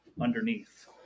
underneath